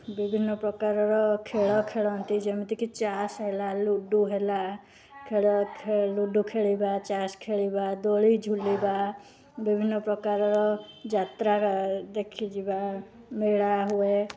ବିଭିନ୍ନ ପ୍ରକାରର ଖେଳ ଖେଳନ୍ତି ଯେମିତିକି ଚାସ୍ ହେଲା ଲୁଡ଼ୁ ହେଲା ଖେଳ ଖେଳୁ ଲୁଡ଼ୁ ଖେଳିବା ଚାସ୍ ଖେଳିବା ଦୋଳି ଝୁଲିବା ବିଭିନ୍ନ ପ୍ରକାର ଯାତ୍ରା ଦେଖିଯିବା ମେଳା ହୁଏ